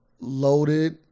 Loaded